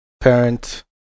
parent